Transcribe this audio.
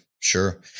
Sure